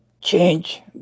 change